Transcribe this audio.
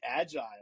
agile